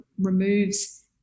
removes